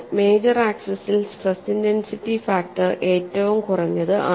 major ആക്സിസിൽ stress intensity factor ഏറ്റവും കുറഞ്ഞത് ആണ്